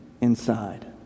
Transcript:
inside